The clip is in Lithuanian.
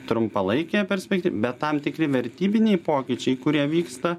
trumpalaikėje perspekty bet tam tikri vertybiniai pokyčiai kurie vyksta